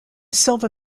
silver